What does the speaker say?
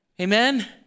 Amen